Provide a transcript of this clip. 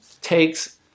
takes